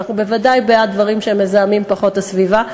ואנחנו בוודאי בעד דברים שמזהמים פחות את הסביבה,